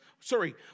Sorry